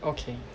okay